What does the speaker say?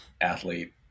athlete